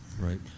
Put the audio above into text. right